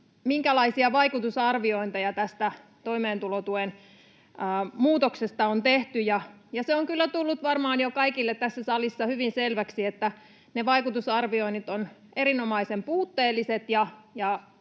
minkälaisia vaikutusarviointeja tästä toimeentulotuen muutoksesta on tehty. Se on kyllä tullut varmaan jo kaikille tässä salissa hyvin selväksi, että ne vaikutusarvioinnit ovat erinomaisen puutteelliset,